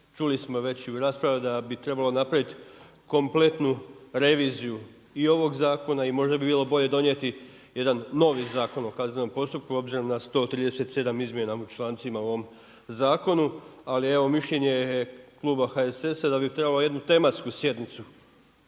Čuli smo već u raspravama da bi trebalo napraviti kompletnu reviziju i ovog zakona i možda bi bilo bolje donijeti jedan novi Zakon o kaznenom postupku obzirom na 137 izmjena u člancima u ovom zakonu, ali evo mišljenje je klub HSS-a da bi trebalo jednu tematsku sjednicu